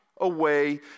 away